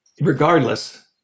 Regardless